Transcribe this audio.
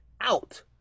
out